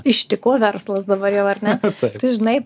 ištiko verslas dabar jau ar ne tu žinai